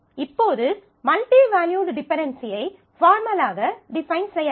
இப்போது multi valued டிபென்டென்சியை ஃபார்மலாக டிபைன் செய்யலாம்